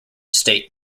state